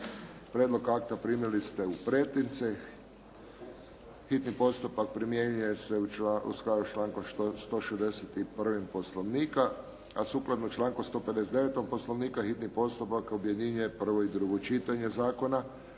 Prijedlog akta primili ste u pretince. Hitni postupak primjenjuje se u skladu s člankom 161. Poslovnika, a sukladno članku 159. Poslovnika hitni postupak objedinjuje prvo i drugo čitanje zakona.